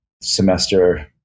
semester